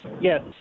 Yes